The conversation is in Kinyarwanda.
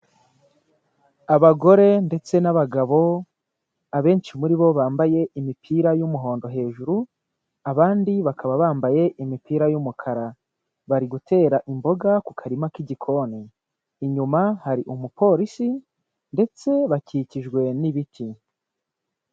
Abagore ndetse n'abagabo, abenshi muri bo bambaye imipira y'umuhondo hejuru, abandi bakaba bambaye imipira y'umukara, bari gutera imboga ku karima k'igikoni, inyuma hari umupolisi ndetse bakikijwe n'ibiti.